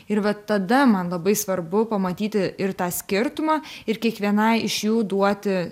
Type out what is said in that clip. ir vat tada man labai svarbu pamatyti ir tą skirtumą ir kiekvienai iš jų duoti